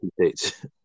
states